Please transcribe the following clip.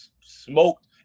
smoked